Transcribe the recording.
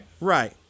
Right